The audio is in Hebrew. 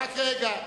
רק רגע.